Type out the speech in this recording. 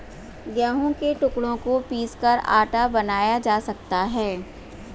गेहूं के टुकड़ों को पीसकर आटा बनाया जा सकता है